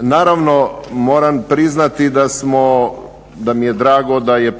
Naravno, moram priznati da smo, da mi je drago da je